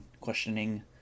questioning